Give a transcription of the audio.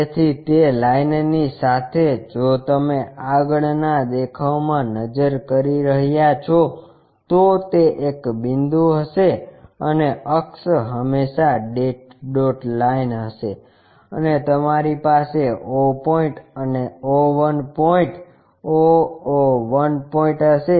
તેથી તે લાઈન ની સાથે જો તમે આગળના દેખાવમાં નજર કરી રહ્યા છો તો તે એક બિંદુ હશે અને અક્ષ હંમેશા ડેશ ડોટ લાઇન હશે અને તમારી પાસે o પોઇન્ટ અને o 1 point o o 1 point હશે